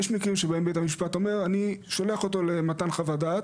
יש מקרים שבהם בית המשפט אומר שהוא שולח את האדם למתן חוות דעת